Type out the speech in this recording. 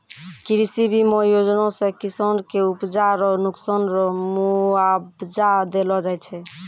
कृषि बीमा योजना से किसान के उपजा रो नुकसान रो मुआबजा देलो जाय छै